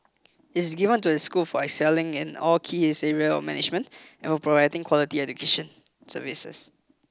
it is given to a school for excelling in all key areas of management and for providing quality education services